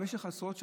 במשך עשרות שנים,